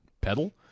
pedal